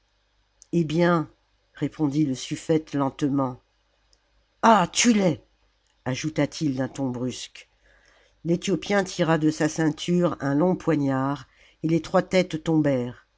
eh bien répondit le sufïete lentement ah tue les ajouta-t-il d'un ton brusque l'éthiopien tira de sa ceinture un long poignard et les trois têtes